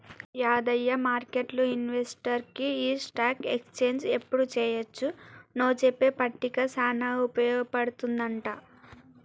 యాదయ్య మార్కెట్లు ఇన్వెస్టర్కి ఈ స్టాక్ ఎక్స్చేంజ్ ఎప్పుడు చెయ్యొచ్చు నో చెప్పే పట్టిక సానా ఉపయోగ పడుతుందంట